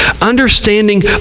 understanding